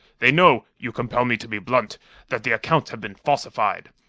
they know you compel me to be blunt that the accounts have been falsified.